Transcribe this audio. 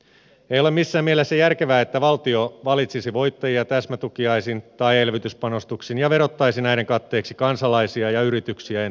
ei ole missään mielessä järkevää että valtio valitsisi voittajia täsmätukiaisin tai elvytyspanostuksin ja verottaisi näiden katteeksi kansalaisia ja yrityksiä entistä kireämmin